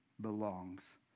belongs